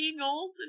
goals